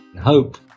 hope